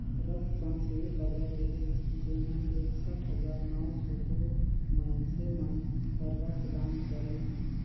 रक्त दान सिविर लगाए रिहिस जेम्हें एकसठ हजार नौ सौ दू मइनसे मन हर रक्त दान करीन हे